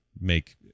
make